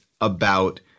about-